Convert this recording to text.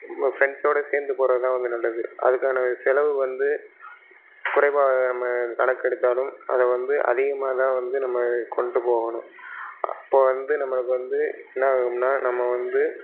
நம்ம ஃப்ரெண்ட்ஸோடு சேர்ந்து போகிறது தான் வந்து நல்லது அதுக்கான செலவு வந்து குறைவாக நம்ம கணக்கு எடுத்தாலும் அதை வந்து அதிகமாக தான் வந்து நம்ம கொண்டுட்டு போகணும் அப்போ வந்து நம்மளுக்கு வந்து என்ன ஆகும்னால் நம்ம வந்து